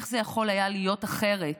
איך זה יכול היה להיות אחרת?